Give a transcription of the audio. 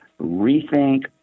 rethink